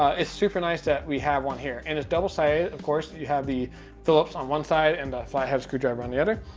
it's super nice that we have one here, and it's double-sided. of course you have the phillips on one side, and the flathead screwdriver on the other.